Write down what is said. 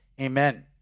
Amen